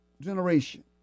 generation